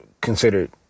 considered